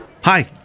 Hi